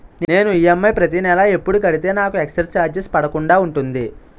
నేను ఈ.ఎం.ఐ ప్రతి నెల ఎపుడు కడితే నాకు ఎక్స్ స్త్ర చార్జెస్ పడకుండా ఉంటుంది?